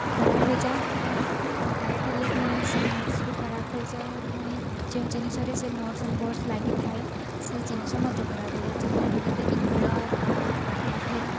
ଖରାପ୍ ହୋଇଯାଏ ଆଉ ଟାଇଟ୍ ହେଲେ ପୁଣି ସେ ନଟ୍ସ ବି ଖରାପ୍ ହୋଇଯାଏ ପୁଣି ଯେଉଁ ଜିନିଷରେ ସେ ନଟ୍ସ ଆଣ୍ଡ୍ ବୋଲ୍ଟସ୍ ଲାଗିଥାଏ ସେ ଜିନିଷ ମଧ୍ୟ ଖରାପ ହୋଇଯାଏ ଯେ ଯେନ୍ତାକି କୁଲର୍ ୟା ଫିର୍